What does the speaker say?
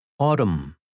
Autumn